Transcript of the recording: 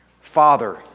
father